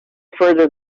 further